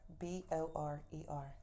B-O-R-E-R